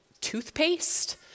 toothpaste